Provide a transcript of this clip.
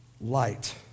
light